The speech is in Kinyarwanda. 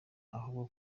ahubwo